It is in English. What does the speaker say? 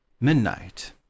Midnight